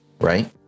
right